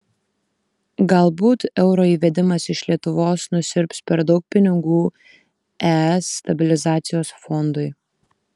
galbūt euro įvedimas iš lietuvos nusiurbs per daug pinigų es stabilizacijos fondui